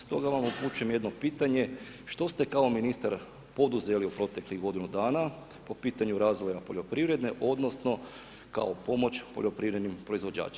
Stoga vam upućujem jedno pitanje, što ste kao ministar poduzeli u proteklih godinu dna, po pitanju razvoja poljoprivrede, odnosno, kao pomoć poljoprivrednim proizvođačima.